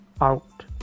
out